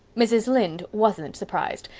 mrs. lynde wasn't surprised!